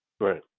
Right